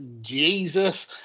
Jesus